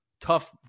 tough